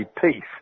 peace